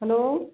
hello